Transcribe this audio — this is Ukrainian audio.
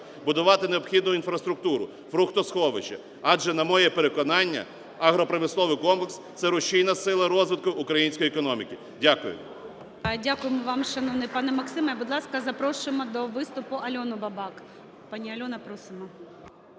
будувати необхідну інфраструктуру, фруктосховища. Адже, на моє переконання, агропромисловий комплекс – це рушійна сила розвитку української економіки. Дякую. ГОЛОВУЮЧИЙ. Дякуємо вам, шановний пане Максиме. Будь ласка, запрошуємо до виступуАльону Бабак. Пані Альона, просимо.